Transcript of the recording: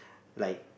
like